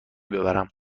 ببرم